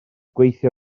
gweithio